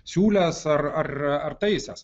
siūlęs ar ar ar taisęs